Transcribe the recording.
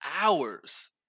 hours